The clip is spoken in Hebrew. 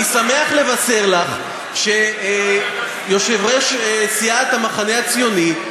אני שמח לבשר לך שיושבת-ראש סיעת המחנה הציוני,